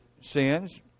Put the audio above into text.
sins